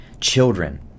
children